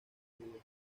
judíos